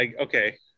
okay